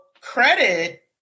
credit